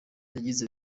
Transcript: yagize